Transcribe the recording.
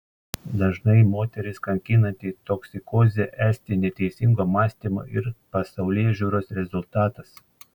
dažnai moteris kankinanti toksikozė esti neteisingo mąstymo ir pasaulėžiūros rezultatas